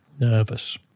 nervous